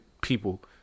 people